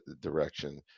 direction